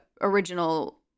original